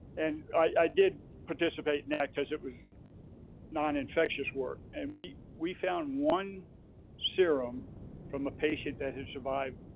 and i did participate now because it was noninfectious work. and we we found one serum from a patient that had survived,